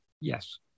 Yes